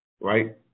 right